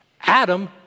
Adam